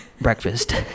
breakfast